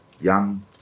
young